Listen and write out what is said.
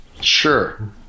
Sure